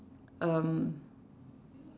um